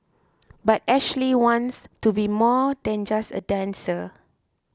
but Ashley wants to be more than just a dancer